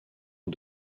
ans